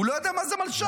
הוא לא יודע מה זה מלש"ב.